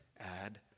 add